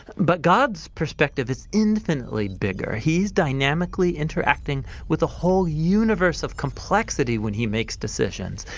but god's perspective is infinitely bigger. he is dynamically interacting with a whole universe of complexity when he makes decisions.